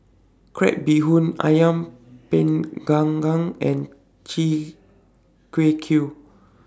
Crab Bee Hoon Ayam Panggang and Chi Kak Kuih